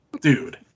dude